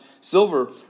silver